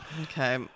Okay